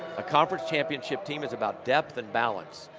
a conference championship team is about depth and balance,